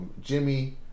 Jimmy